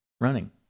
running